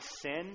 sin